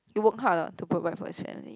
he worked hard lah to provide for his family